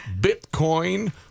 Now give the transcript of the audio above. bitcoin